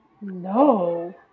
No